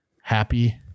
happy